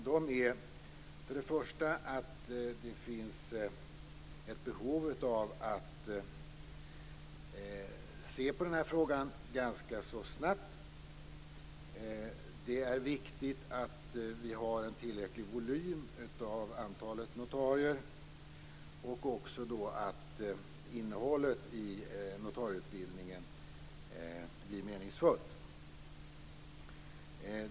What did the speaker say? De är att det finns ett behov av att se på denna fråga ganska så snabbt. Det är viktigt att vi har en tillräcklig volym av antalet notarier och att innehållet i notarieutbildningen blir meningsfullt.